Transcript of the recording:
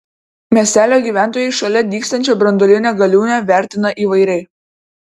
miestelio gyventojai šalia dygstančią branduolinę galiūnę vertina įvairiai